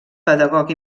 pedagog